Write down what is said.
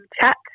chat